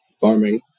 farming